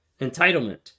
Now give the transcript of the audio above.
entitlement